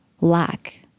lack